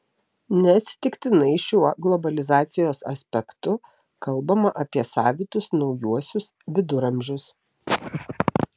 neatsitiktinai šiuo globalizacijos aspektu kalbama apie savitus naujuosius viduramžius